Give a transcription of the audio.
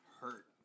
hurt